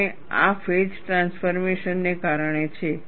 અને આ phase transformation ને કારણે છે